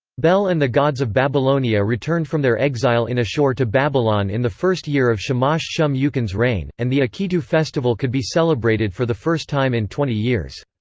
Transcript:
bel and the gods of babylonia returned from their exile in assur to babylon in the first year of shamash-shum-ukin's reign, and the akitu festival could be celebrated for the first time in twenty years.